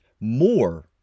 more